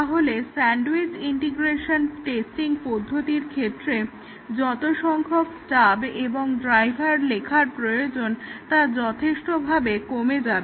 তাহলে sandwich integration testing পদ্ধতির ক্ষেত্রে যত সংখ্যক স্টাব এবং ড্রাইভার লেখার প্রয়োজন তা যথেষ্টভাবে কমে যাবে